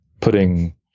putting